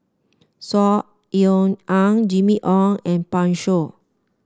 Saw Ean Ang Jimmy Ong and Pan Shou